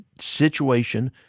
situation